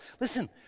Listen